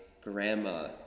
grandma